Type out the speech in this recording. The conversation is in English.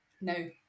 no